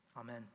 Amen